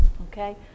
okay